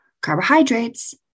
carbohydrates